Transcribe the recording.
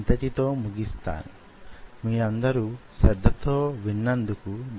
ఈ పద్ధతిలో ఎంత సామర్థ్యమున్నదొ చర్చించుకుందాము